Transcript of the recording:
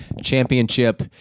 championship